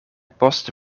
poste